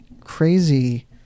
crazy